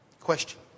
Question